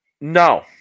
No